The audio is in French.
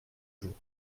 jours